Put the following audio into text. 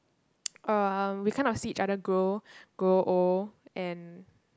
uh we kind of see each other grow grow old and